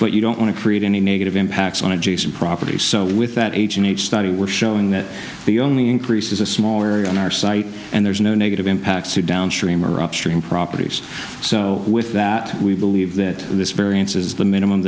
but you don't want to create any negative impacts on adjacent properties so with that h and h study we're showing that the only increase is a small area on our site and there's no negative impact downstream or upstream properties so with that we believe that this variance is the minimum